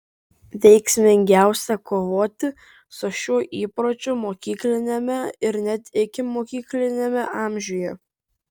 veiksmingiausia kovoti su šiuo įpročiu mokykliniame ir net ikimokykliniame amžiuje